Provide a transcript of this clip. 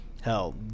hell